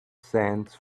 sends